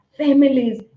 families